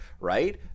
right